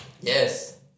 yes